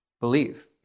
Believe